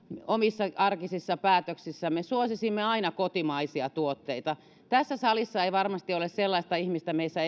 omissa arkisissa päätöksissämme suosisimme kotimaisia tuotteita tässä salissa ei varmasti ole sellaista ihmistä meissä